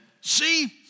see